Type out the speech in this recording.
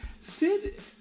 Sid